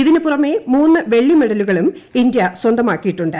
ഇതിനുപുറമെ മൂന്ന് വെള്ളി മെഡലുകളും ഇന്ത്യ സ്വന്തമാക്കിയിട്ടുണ്ട്